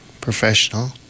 professional